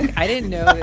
and i didn't. know